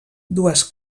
dues